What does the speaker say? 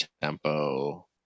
tempo